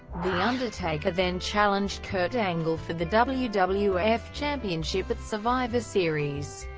the undertaker then challenged kurt angle for the wwf wwf championship at survivor series.